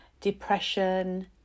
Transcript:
depression